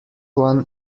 one